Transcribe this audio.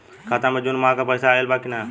खाता मे जून माह क पैसा आईल बा की ना?